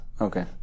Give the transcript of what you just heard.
Okay